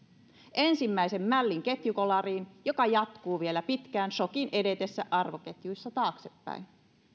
ensimmäisen mällin ketjukolariin joka jatkuu vielä pitkään sokin edetessä arvoketjuissa taaksepäin